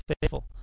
faithful